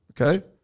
Okay